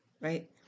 right